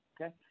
Okay